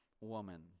woman